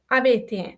avete